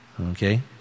okay